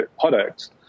products